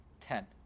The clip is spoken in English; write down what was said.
Ten